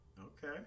okay